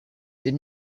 did